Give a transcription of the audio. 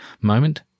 moment